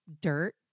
dirt